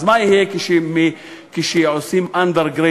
אז מה יהיה כשעושים under-grading,